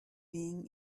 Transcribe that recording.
being